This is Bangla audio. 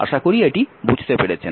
আশা করি এটি বুঝতে পেরেছেন